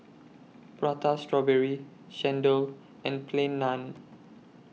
Prata Strawberry Chendol and Plain Naan